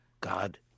God